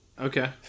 Okay